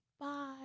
Bye